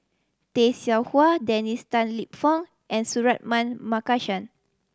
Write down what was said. Tay Seow Huah Dennis Tan Lip Fong and Suratman Markasan